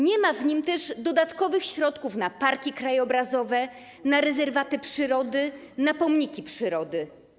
Nie ma w nim też dodatkowych środków na parki krajobrazowe, na rezerwaty przyrody, na pomniki przyrody.